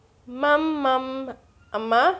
mum mum amma